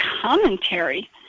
commentary